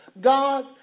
God